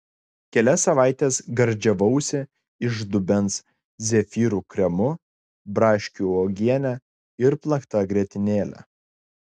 kelias savaites gardžiavausi iš dubens zefyrų kremu braškių uogiene ir plakta grietinėle